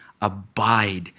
abide